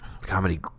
Comedy